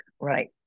Right